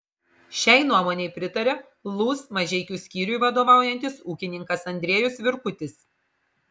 šiai nuomonei pritaria lūs mažeikių skyriui vadovaujantis ūkininkas andriejus virkutis